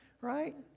right